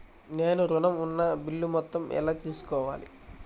నేను ఋణం ఉన్న బిల్లు మొత్తం ఎలా తెలుసుకోవాలి?